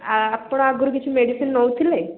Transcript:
ଆ ଆପଣ ଆଗରୁ କିଛି ମେଡ଼ିସିନ୍ ନେଉଥିଲେ